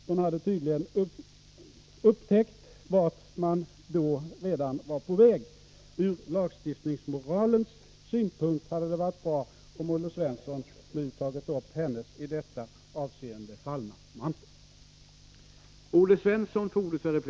Hon hade tydligen upptäckt vart man redan då var på väg. Ur lagstiftningsmoralens synpunkt hade det varit bra om Olle Svensson nu tagit upp hennes i detta avseende fallna mantel.